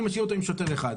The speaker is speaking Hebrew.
אני משאיר אותו עם שוטר אחד.